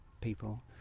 people